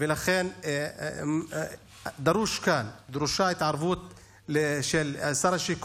ולכן דרושה כאן התערבות של שר החינוך